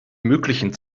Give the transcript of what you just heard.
möglichen